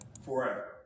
forever